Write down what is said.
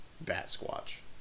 Bat-squatch